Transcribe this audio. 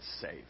safe